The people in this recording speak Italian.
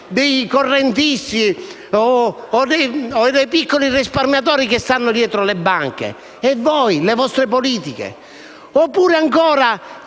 dei correntisti o dei piccoli risparmiatori che stanno dietro le banche? E voi, le vostre politiche? E ancora,